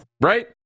Right